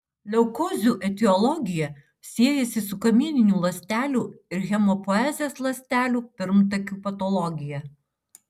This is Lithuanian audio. leukozių etiologija siejasi su kamieninių ląstelių ir hemopoezės ląstelių pirmtakių patologija